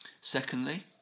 Secondly